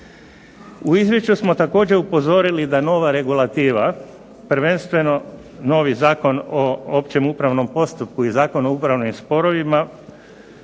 U izvješću smo također upozorili da nova regulativa, prvenstveno novi Zakon o općem upravnom postupku i Zakon o upravnim sporovima